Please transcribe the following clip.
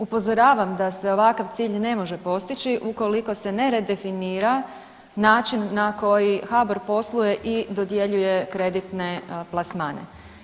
Upozoravam da se ovakav cilj ne može postići ukoliko se ne redefinira način na koji HBOR posluje i dodjeljuje kreditne plasmane.